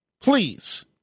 Please